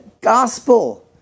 gospel